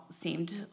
seemed